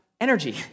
energy